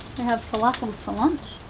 have falafels for lunch.